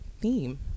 theme